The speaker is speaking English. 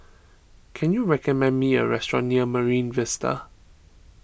can you recommend me a restaurant near Marine Vista